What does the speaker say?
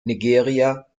nigeria